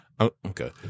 Okay